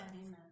Amen